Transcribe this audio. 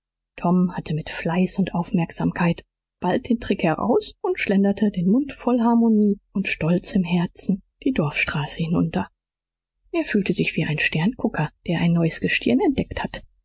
tom hatte mit fleiß und aufmerksamkeit bald den trick heraus und schlenderte den mund voll harmonie und stolz im herzen die dorfstraße hinunter er fühlte sich wie ein sterngucker der ein neues gestirn entdeckt hat